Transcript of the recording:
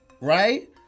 right